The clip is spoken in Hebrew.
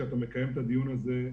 שאתה מקיים את הדיון הזה,